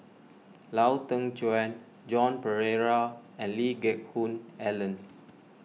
Lau Teng Chuan Joan Pereira and Lee Geck Hoon Ellen